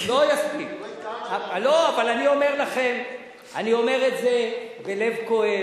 אבל אני אומר את זה בלב כואב,